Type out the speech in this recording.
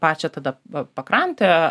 pačią tada pakrantę